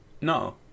No